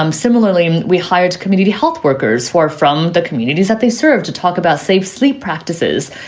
um similarly, we hired community health workers for from the communities that they serve to talk about safe sleep practices,